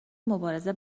مبارزه